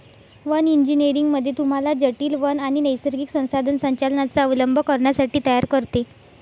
one engineering मध्ये तुम्हाला जटील वन आणि नैसर्गिक संसाधन संचालनाचा अवलंब करण्यासाठी तयार करते